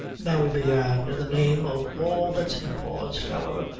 now, he began, in the name of all that's he paused however,